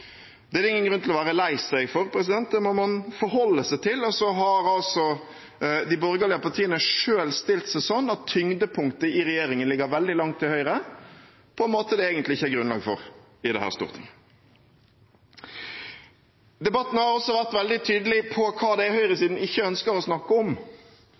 Det er det ingen grunn til å være lei seg for. Det må man forholde seg til. De borgerlige partiene har selv stilt seg sånn at tyngdepunktet i regjeringen ligger veldig langt til høyre, på en måte det egentlig ikke er grunnlag for i dette Stortinget. Debatten har vært veldig tydelig på hva det er høyresiden ikke ønsker å snakke om.